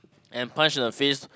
and punch the face